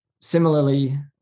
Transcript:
similarly